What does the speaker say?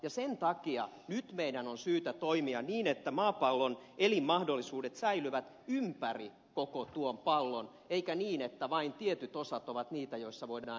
ja sen takia nyt meidän on syytä toimia niin että maapallon elinmahdollisuudet säilyvät ympäri koko tuon pallon eikä niin että vain tietyt osat ovat niitä joissa voidaan elää